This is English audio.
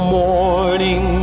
morning